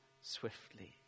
swiftly